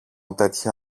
τέτοια